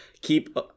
keep